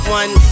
one